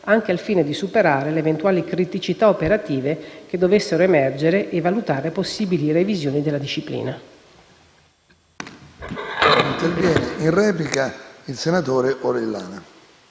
anche al fine di superare le eventuali criticità operative che dovessero emergere e valutare possibili revisioni della disciplina.